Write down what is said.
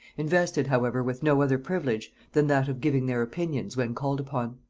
invested however with no other privilege than that of giving their opinions when called upon.